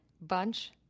bunch